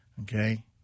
okay